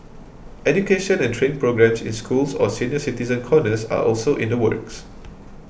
education and training programmes in schools or senior citizen corners are also in the works